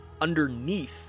underneath